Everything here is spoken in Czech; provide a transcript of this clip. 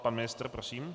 Pan ministr, prosím.